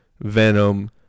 Venom